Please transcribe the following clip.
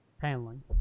paneling